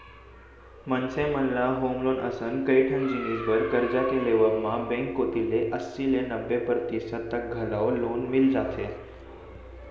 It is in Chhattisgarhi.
मनसे मन ल होम लोन असन कइ ठन जिनिस बर करजा के लेवब म बेंक कोती ले अस्सी ले नब्बे परतिसत तक घलौ लोन मिल जाथे